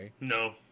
No